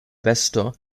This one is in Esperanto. besto